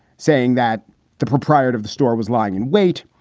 saying that the proprietor of the store was lying in wait.